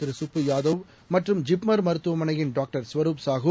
திருசுப்பு யாதவ் மற்றும் ஜிப்மர் மருத்துவமனையின் டாக்டர் ஸ்வருப் சாஹூ